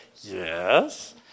yes